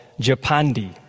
Japandi